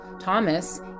Thomas